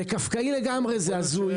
זה קפקאי לגמרי, זה הזוי.